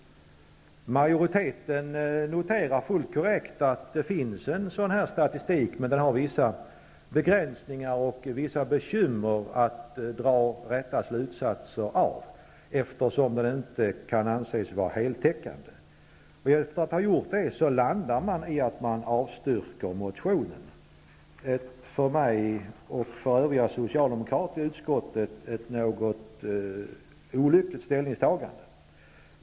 Majoriteten noterar fullt korrekt att det finns en sådan statistik. Men den har vissa begränsningar, och det är svårt att dra riktiga slutsatser eftersom den inte kan anses heltäckande. Sedan majoriteten har noterat detta, landar den på att avstyrka motionen. Det är ett för mig och övriga socialdemokrater i utskottet något olyckligt ställningstagande.